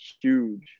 huge